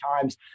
times